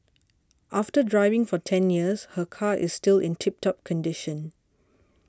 after driving for ten years her car is still in tip top condition